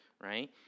right